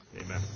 Amen